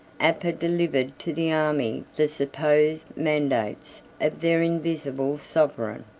aper delivered to the army the supposed mandates of their invisible sovereign.